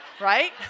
right